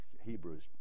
Hebrews